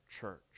church